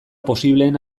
posibleen